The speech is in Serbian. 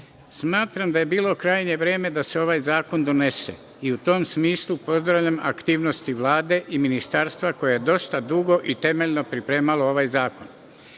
govorim. Smatram da je bilo krajnje vreme da se ovaj zakon donese i u tom smislu pozdravljam aktivnosti Vlade i ministarstva koje je dosta dugo i temeljno pripremalo ovaj zakon. Znamo